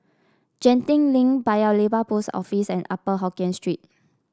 Genting Link Paya Lebar Post Office and Upper Hokkien Street